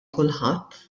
kulħadd